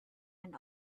and